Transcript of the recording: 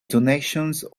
donations